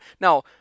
Now